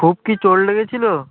খুব কি চোট লেগেছিল